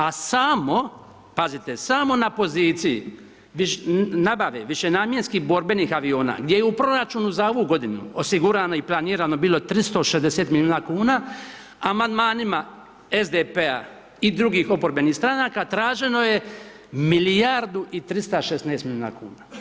A samo, pazite, sami na poziciji nabave višenamjenskih borbenih aviona gdje je u proračunu za ovu godinu osigurano i planirano bilo 360 milijuna kuna, amandmanima SDP-a i drugih oporbenih stranaka, traženo je milijardu i 316 milijuna kuna.